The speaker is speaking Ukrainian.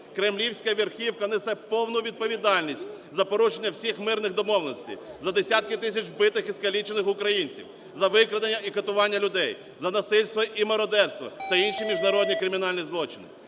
Кремлівська верхівка несе повну відповідальність за порушення всіх мирних домовленостей, за десятки тисяч вбитих і скалічених українців, за викрадення і катування людей, за насильство і мародерство та інші міжнародні кримінальні злочини!